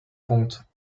compte